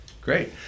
Great